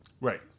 Right